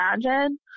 imagine